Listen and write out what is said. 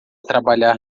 trabalhar